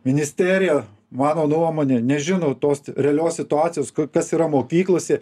ministerija mano nuomonė nežino tos realios situacijos ko kas yra mokyklose